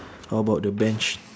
how about the bench